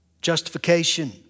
justification